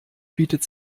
bietet